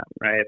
right